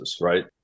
right